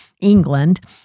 England